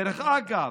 דרך אגב,